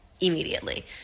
immediately